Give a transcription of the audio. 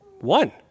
One